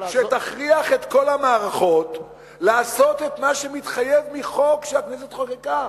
שתכריח את כל המערכות לעשות את מה שמתחייב מחוק שהכנסת חוקקה?